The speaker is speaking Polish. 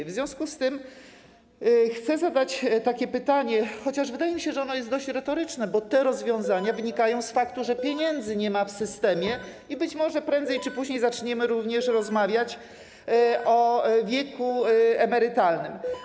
W związku z tym chcę zadać takie pytanie, chociaż wydaje mi się, że ono jest retoryczne, bo te rozwiązania wynikają z faktu, że w systemie nie ma pieniędzy i być może prędzej czy później zaczniemy również rozmawiać o wieku emerytalnym.